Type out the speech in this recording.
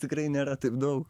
tikrai nėra taip daug